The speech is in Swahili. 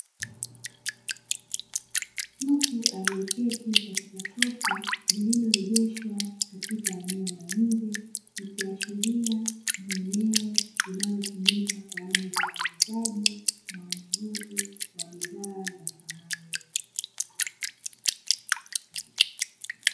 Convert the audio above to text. Mtu aliyeketi katika sofa lililoegeshwa katika eneo la nje, ikiashiria ni eneo linalotumika kwa ajili ya uuzaji na ununuzi wa bidhaa za samani.